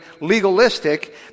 legalistic